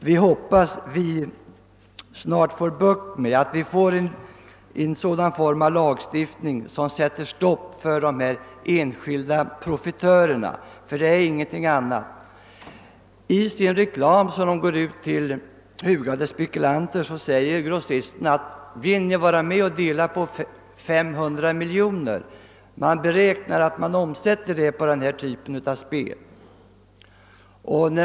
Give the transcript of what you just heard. Vi hoppas snart få bukt med detta problem, och vi hoppas få en lagstiftning som sätter stopp för dessa enskilda profitörer — de är ingenting annat. I sin reklam till hugade spekulanter frågar grossisterna, om de vill vara med och dela på 500 miljoner — man beräknar att det omsätts så mycket på denna typ av spel.